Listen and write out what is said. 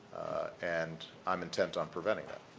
and i'm intent on preventing that.